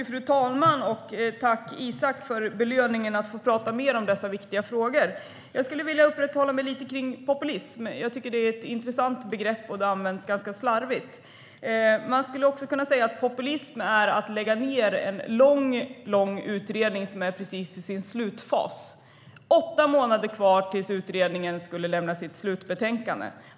Fru talman! Jag tackar Isak för belöningen att få prata mer om dessa viktiga frågor. Jag skulle vilja uppehålla mig lite vid begreppet "populism". Det är ett intressant begrepp som används ganska slarvigt. Man skulle ju också kunna säga att det är populism att lägga ned en lång utredning som är i sin slutfas. Det skedde när det var åtta månader kvar tills utredningen skulle lämna sitt slutbetänkande.